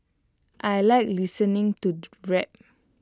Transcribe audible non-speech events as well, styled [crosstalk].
I Like listening to [unintelligible] rap